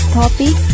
topic